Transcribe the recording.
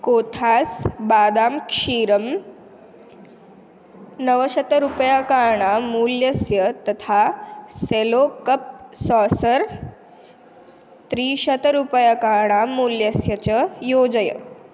कोथास् बादां क्षीरम् नवशतरूपयकाणां मूल्यस्य तथा सेलो कप् सासर् त्रिशतरूपयकाणां मूल्यस्य च योजय